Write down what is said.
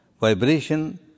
Vibration